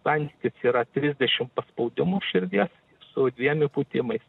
santykis yra trisdešim paspaudimų širdies su dviem įpūtimais